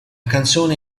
canzone